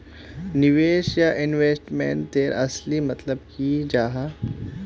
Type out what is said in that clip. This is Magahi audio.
निवेश या इन्वेस्टमेंट तेर असली मतलब की जाहा?